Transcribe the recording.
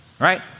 right